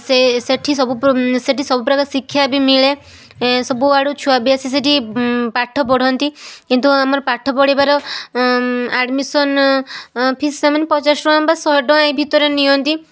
ସେ ସେଠି ସବୁ ସେଠି ସବୁ ପ୍ରକାର ଶିକ୍ଷା ବି ମିଳେ ସବୁଆଡ଼ୁ ଛୁଆ ବି ଆସି ସେଠି ପାଠ ପଢ଼ନ୍ତି କିନ୍ତୁ ଆମର ପାଠ ପଢ଼ିବାର ଆଡ଼ମିଶନ ଫିଜ୍ ସେମାନେ ପଚାଶ ଟଙ୍କା ବା ଶହେ ଟଙ୍କା ଏଇ ଭିତରେ ନିଅନ୍ତି